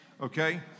Okay